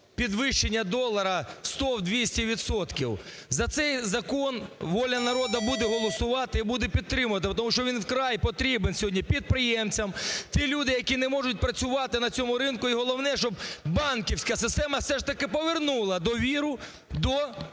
підвищення долара в 100, в 200 відсотків. За цей закон "Воля народу" буде голосувати і буде підтримувати, тому що він вкрай потрібен сьогодні підприємцям. Ті люди, які не можуть працювати на цьому ринку… і головне, щоб банківська система все ж таки повернула довіру до